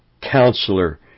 counselor